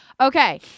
Okay